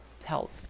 help